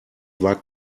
war